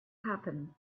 happen